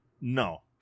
No